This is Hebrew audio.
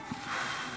נתקבלו.